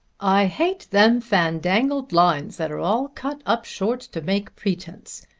i hate them fandangled lines that are all cut up short to make pretence.